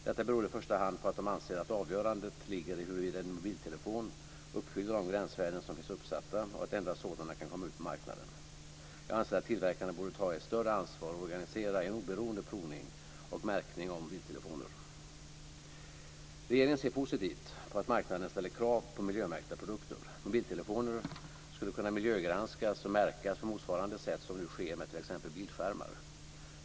Detta beror i första hand på att de anser att avgörandet ligger i huruvida en mobiltelefon uppfyller de gränsvärden som finns uppsatta och att endast sådana kan komma ut på marknaden. Jag anser att tillverkarna borde ta ett större ansvar och organisera en oberoende provning och märkning av mobiltelefoner. Regeringen ser positivt på att marknaden ställer krav på miljömärkta produkter. Mobiltelefoner skulle kunna miljögranskas och märkas på motsvarande sätt som nu sker med t.ex. bildskärmar.